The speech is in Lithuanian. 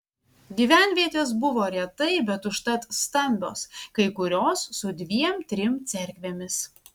gyvenvietės buvo retai bet užtat stambios kai kurios su dviem trim cerkvėmis